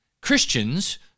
Christians